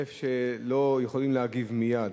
איפה שלא יכולים להגיב מייד.